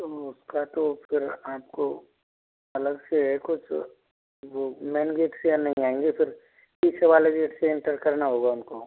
तो उसका तो फिर आपको अलग से है कुछ वो मेन गेट से नहीं आएंगे फिर पीछे वाले गेट से इंटर करना होगा उनको